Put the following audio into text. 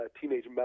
teenage